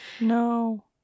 No